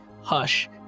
hush